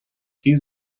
die